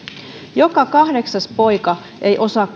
joka kahdeksas poika ei osaa